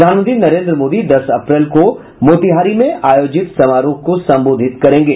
प्रधानमंत्री नरेंद्र मोदी दस अप्रैल को मोतिहारी में आयोजित समारोह को संबोधित करेंगे